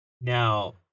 Now